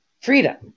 Freedom